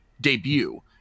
debut